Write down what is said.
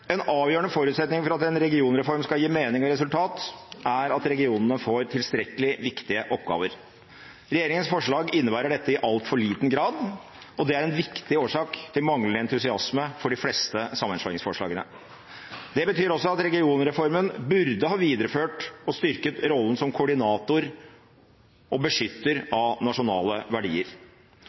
En avgjørende forutsetning for at en regionreform skal gi mening og resultat, er at regionene får tilstrekkelig viktige oppgaver. Regjeringens forslag innebærer dette i altfor liten grad, og det er en viktig årsak til manglende entusiasme for de fleste sammenslåingsforslagene. Det betyr også at regionreformen burde ha videreført og styrket rollen som koordinator og beskytter av nasjonale verdier.